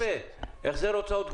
מקבלים החזר הוצאות קבועות?